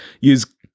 use